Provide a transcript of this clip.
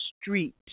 street